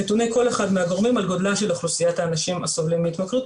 שנתוני כל אחד מהגורמים על גודלה של אוכלוסיית האנשים הסובלים מהתמכרות,